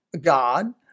God